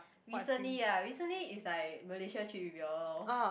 recently ah recently it's like Malaysia trip with you all lor